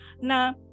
na